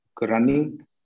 running